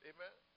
Amen